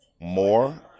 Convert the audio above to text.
more